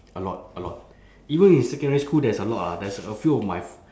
a lot a lot even in secondary school there's a lot ah there's a few of my